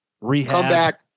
rehab